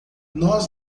nós